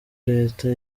leta